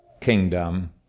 kingdom